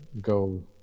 go